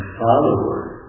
followers